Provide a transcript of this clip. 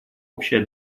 общая